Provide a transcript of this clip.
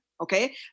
okay